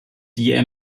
die